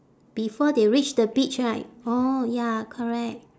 before they reach the beach right orh ya correct